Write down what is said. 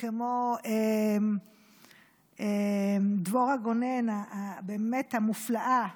כמו דבורה גונן, באמת המופלאה,